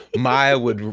maya would,